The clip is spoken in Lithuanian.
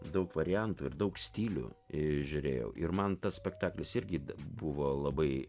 daug variantų ir daug stilių žiūrėjau ir man tas spektaklis irgi buvo labai